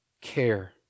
care